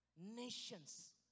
Nations